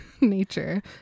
nature